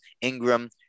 Ingram